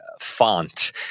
font